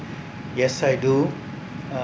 yes I do uh